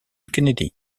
kennedy